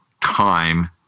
time